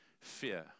fear